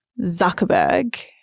Zuckerberg